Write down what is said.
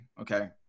okay